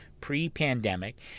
pre-pandemic